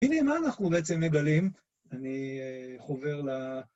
הנה מה אנחנו בעצם מגלים. אני חובר ל...